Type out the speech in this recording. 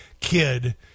kid